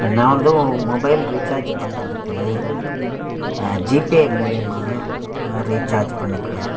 நான் வந்து ஓ மொபைல் ரீசார்ஜி பண்ணுறதுக்கு ஜிபே மூலியமாக ரீசார்ஜ் பண்ணிக்குவேன்